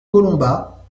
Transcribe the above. colomba